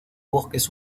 bosques